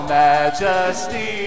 majesty